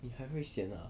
你还会 sian ah